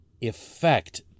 effect